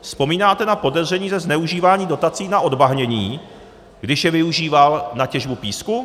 Vzpomínáte na podezření ze zneužívání dotací na odbahnění, když je využíval na těžbu písku?